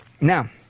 Now